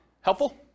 Helpful